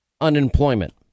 unemployment